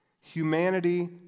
Humanity